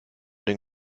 den